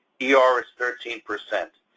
yeah ah er is thirteen percent.